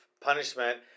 punishment